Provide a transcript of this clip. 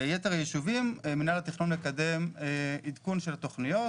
ביתר הישובים מינהל התכנון מקדם עדכון של התכניות